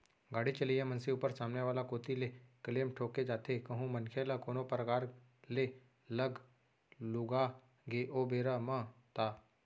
गाड़ी चलइया मनसे ऊपर सामने वाला कोती ले क्लेम ठोंके जाथे कहूं मनखे ल कोनो परकार ले लग लुगा गे ओ बेरा म ता